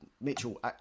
Mitchell